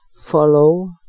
follow